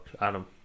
Adam